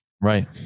right